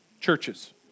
churches